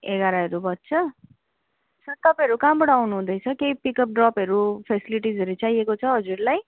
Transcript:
एघारहरू बज्छ सर तपाईँहरू कहाँबाट आउनुहुँदैछ केही पिकअप ड्रपहरू फेसिलिटिसहरू चाहिएको छ हजुरलाई